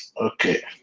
okay